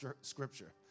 scripture